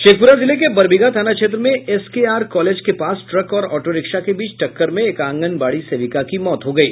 शेखपुरा जिले के बरबीघा थाना क्षेत्र में एसके आर कॉलेज के पास ट्रक और ऑटोरिक्शा के बीच टक्कर में एक आंगनबाड़ी सेविका की मौत हो गयी